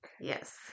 yes